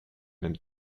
même